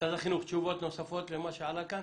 משרד החינוך, תשובות נוספות למה שעלה כאן.